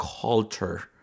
culture